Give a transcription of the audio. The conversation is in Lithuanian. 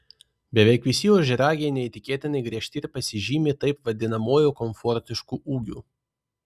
beveik visi ožiaragiai neįtikėtinai griežti ir pasižymi taip vadinamuoju komfortišku ūgiu